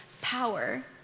power